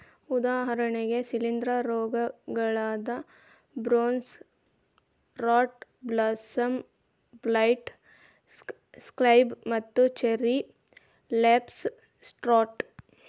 ಉದಾಹರಣೆಗೆ ಶಿಲೇಂಧ್ರ ರೋಗಗಳಾದ brown rot blossom blight, scab ಮತ್ತು ಚೆರ್ರಿ ಲೇಫ್ ಸ್ಪಾಟ್